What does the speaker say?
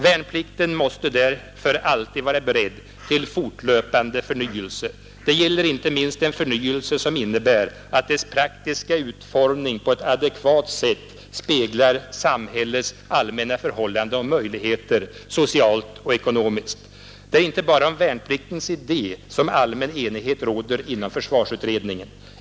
Värnplikten måste därför alltid vara beredd till fortlöpande förnyelse. Det gäller inte minst en förnyelse som innebär att dess praktiska utformning på ett adekvat sätt speglar samhällets allmänna förhållanden och möjligheter, socialt och ekonomiskt. Det är inte bara om värnpliktens idé som allmän enighet råder inom försvarsutredningen.